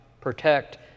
protect